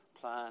plan